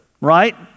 right